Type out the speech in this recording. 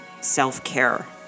self-care